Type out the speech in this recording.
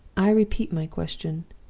i repeat my question.